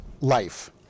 life